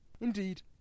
Indeed